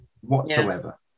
whatsoever